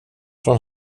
från